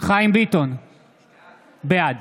בעד